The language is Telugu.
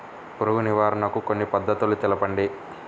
పురుగు నివారణకు కొన్ని పద్ధతులు తెలుపండి?